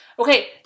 Okay